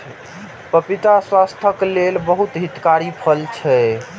पपीता स्वास्थ्यक लेल बहुत हितकारी फल छै